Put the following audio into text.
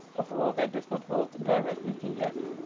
of all that does not hold directly to that,